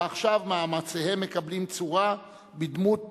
ועכשיו מאמציהם מקבלים צורה בדמות